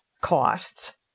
costs